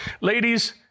Ladies